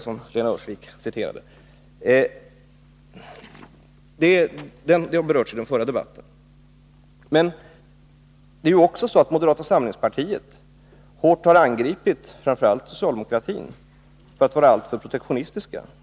Men moderata samlingspartiet har samtidigt hårt angripit framför allt socialdemokratin för att vara alltför protektionistisk.